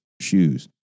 shoes